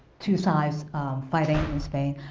two sides fighting in spain,